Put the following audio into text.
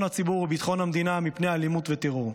הציבור וביטחון המדינה מפני אלימות וטרור.